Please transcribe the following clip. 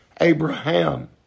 Abraham